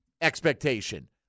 expectation